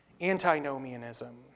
Antinomianism